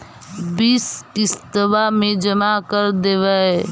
बिस किस्तवा मे जमा कर देवै?